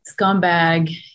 scumbag